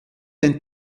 den